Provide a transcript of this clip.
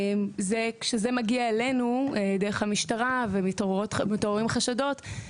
כשזה מגיע אלינו דרך המשטרה ומתעוררים חשדות,